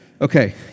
Okay